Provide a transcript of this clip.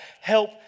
help